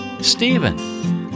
Stephen